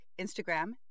Instagram